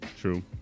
true